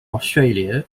australia